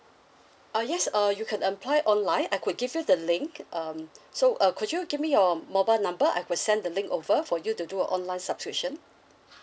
uh yes uh you can apply online I could give you the link um so uh could you give me your mobile number I could send the link over for you to do online subscription